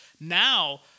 now